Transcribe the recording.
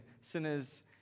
sinners